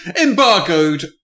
Embargoed